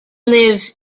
lives